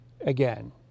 again